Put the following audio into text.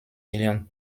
million